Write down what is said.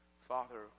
Father